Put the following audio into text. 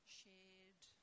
shared